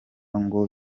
ngo